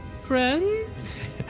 friends